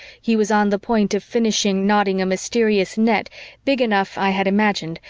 he was on the point of finishing knotting a mysterious net big enough, i had imagined,